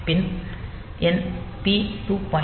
பின் எண் பி 2